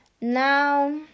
Now